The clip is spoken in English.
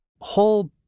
whole